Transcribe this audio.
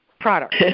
product